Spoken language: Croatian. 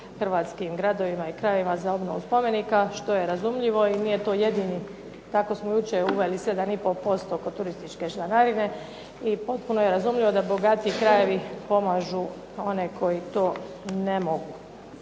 hrvatskim gradovima i krajevima za obnovu spomenika, što je razumljivo i nije jedini. Tako smo jučer uveli 7,5% kod turističke članarine i potpuno je razumljivo da bogatiji krajevi pomažu one koji to ne mogu.